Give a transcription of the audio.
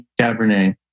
Cabernet